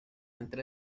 entre